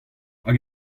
hag